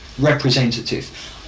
representative